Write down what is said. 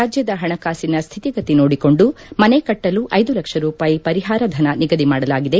ರಾಜ್ಯದ ಪಣಕಾಸಿನ ಸ್ಥಿತಿಗತಿ ನೋಡಿಕೊಂಡು ಮನೆ ಕಟ್ಟಲು ಐದು ಲಕ್ಷ ರೂಪಾಯಿ ಪರಿಪಾರ ಧನ ನಿಗದಿ ಮಾಡಲಾಗಿದೆ